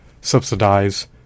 subsidize